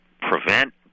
prevent